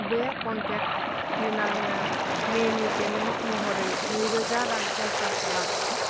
बे कनटेक्ट क्लिनारनो मेनि पेमेन्ट महरै नैरोजा रां ट्रेन्सफार खालाम